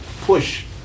push